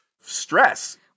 stress